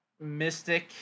mystic